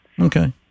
Okay